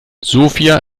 sofia